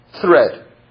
thread